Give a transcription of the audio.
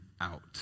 out